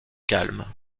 calmes